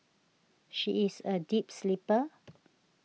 she is a deep sleeper